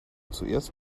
zuerst